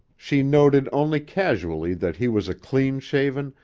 she noted only casually that he was a clean-shaven,